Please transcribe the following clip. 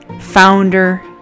founder